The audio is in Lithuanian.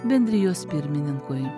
bendrijos pirmininkui